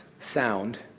sound